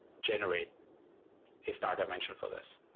generate a start dimension for this.